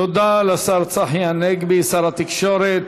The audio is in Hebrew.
תודה לשר צחי הנגבי, שר התקשורת.